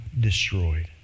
destroyed